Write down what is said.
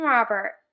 Robert